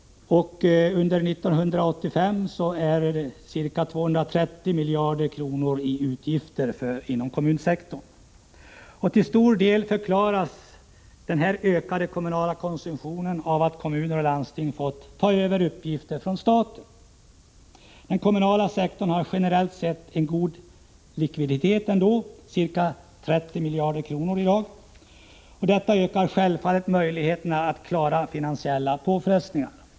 Under 1985 är det ca 230 miljarder i utgifter inom kommunsektorn. Till stor del förklaras den här ökade kommunala konsumtionen av att kommuner och landsting fått ta över uppgifter från staten. Den kommunala sektorn har generellt sett en god likviditet ändå — ca 30 miljarder idag. Detta ökar självfallet möjligheterna att klara finansiella påfrestningar.